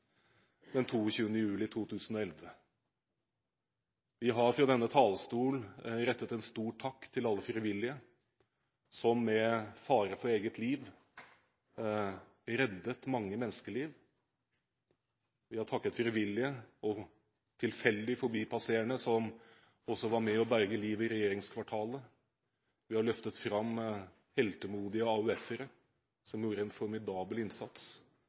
den 22. juli 2011. Vi har fra denne talerstol rettet en stor takk til alle frivillige, som med fare for eget liv reddet mange menneskeliv. Vi har takket frivillige og tilfeldig forbipasserende som var med og berget liv i regjeringskvartalet. Vi har løftet fram heltemodige AUF-ere som gjorde en formidabel innsats,